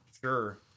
Sure